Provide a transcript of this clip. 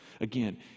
Again